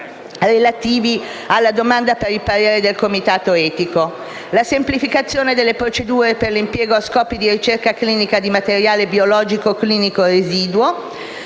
relativamente alla domanda per il parere del comitato etico; la semplificazione delle procedure per l'impiego a scopi di ricerca clinica di materiale biologico o clinico residuo